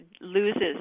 loses